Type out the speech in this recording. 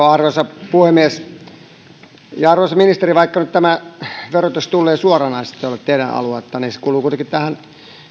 arvoisa puhemies arvoisa ministeri vaikka nyt tämä verotustulli ei suoranaisesti ole teidän aluettanne niin se kuuluu kuitenkin tähän